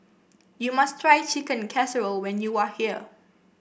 you must try Chicken Casserole when you are here